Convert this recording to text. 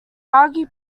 algae